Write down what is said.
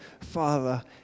Father